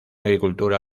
agricultura